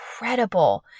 incredible